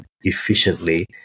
efficiently